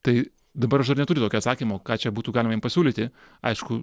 tai dabar aš dar neturiu tokio atsakymo ką čia būtų galima jiem pasiūlyti aišku